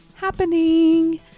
happening